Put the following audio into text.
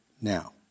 now